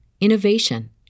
innovation